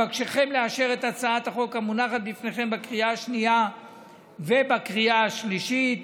אבקשכם לאשר את הצעת החוק המונחת בפניכם בקריאה השנייה ובקריאה השלישית,